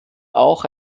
auch